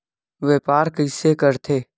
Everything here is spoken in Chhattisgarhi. व्यापार कइसे करथे?